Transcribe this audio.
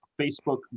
Facebook